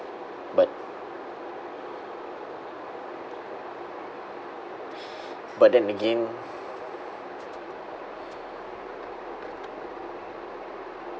but but then again